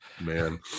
Man